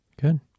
Good